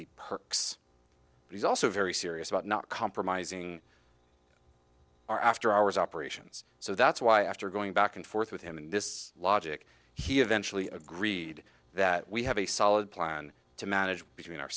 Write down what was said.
perks but he's also very serious about not compromising our after hours operations so that's why after going back and forth with him and this logic he eventually agreed that we have a solid plan to manage between our